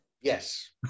Yes